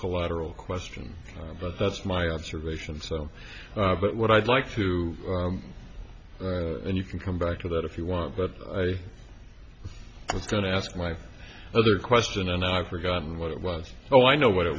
collateral question but that's my observation of so but what i'd like to you can come back to that if you want but i was going to ask my other question and i've forgotten what it was so i know what it